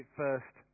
first